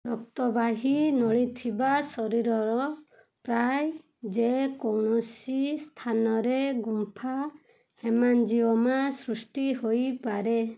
ରକ୍ତବାହୀ ନଳୀ ଥିବା ଶରୀରର ପ୍ରାୟ ଯେକୌଣସି ସ୍ଥାନରେ ଗୁମ୍ଫା ହେମାଞ୍ଜିଓମା ସୃଷ୍ଟି ହୋଇପାରେ